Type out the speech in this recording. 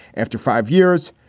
after five years.